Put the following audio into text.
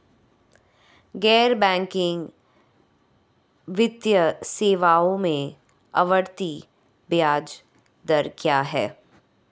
गैर बैंकिंग वित्तीय सेवाओं में आवर्ती ब्याज दर क्या है?